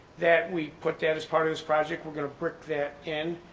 that we put that as part of this project we're gonna brick that in.